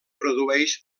produeix